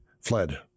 fled